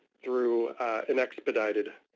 through an expedited